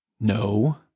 No